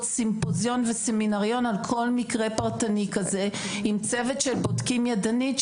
סימפוזיון וסמינריון על כל מקרה פרטני כזה עם צוות של בודקים ידנית.